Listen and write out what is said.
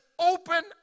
Open